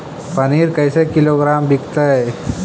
पनिर कैसे किलोग्राम विकतै?